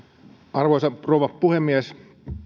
arvoisa rouva puhemies